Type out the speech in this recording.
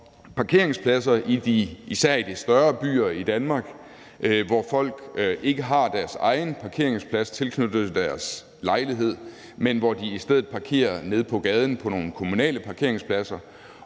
parkeringspladser i især de større byer i Danmark, hvor folk ikke har deres egen parkeringsplads tilknyttet deres lejlighed, men hvor de i stedet parkerer nede på gaden på nogle kommunale parkeringspladser.